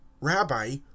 Rabbi